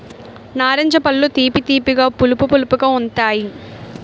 నారింజ పళ్ళు తీపి తీపిగా పులుపు పులుపుగా ఉంతాయి